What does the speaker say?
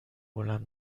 بلند